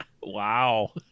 Wow